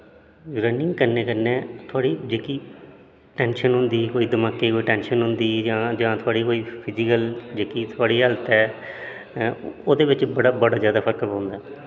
running करने कन्नै थुआढ़ी जेहकी टैंशन होंदी कोई दमाकै कोई टैंशन होंदी जां जां थुआढ़ी कोई फिजीकल जेहकी थुआढ़ी हैल्थ ऐ ओहदे बिच्च बड़ा ज्यादा फर्क पौंदा